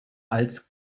als